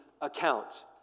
account